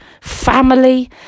family